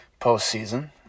postseason